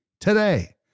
today